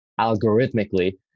algorithmically